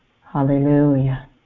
Hallelujah